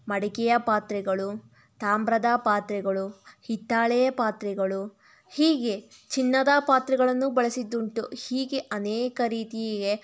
ಮಡಿಕೆಯ ಪಾತ್ರೆಗಳು ತಾಮ್ರದ ಪಾತ್ರೆಗಳು ಹಿತ್ತಾಳೆಯ ಪಾತ್ರೆಗಳು ಹೀಗೆ ಚಿನ್ನದ ಪಾತ್ರೆಗಳನ್ನೂ ಬಳಸಿದ್ದುಂಟು ಹೀಗೆ ಅನೇಕ ರೀತಿಯೇ